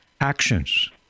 actions